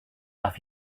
off